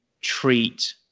treat